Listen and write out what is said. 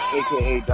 aka